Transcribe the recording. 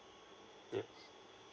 yes